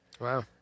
Wow